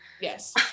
Yes